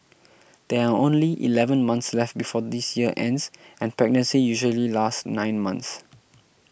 there are only eleven months left before this year ends and pregnancy usually lasts nine months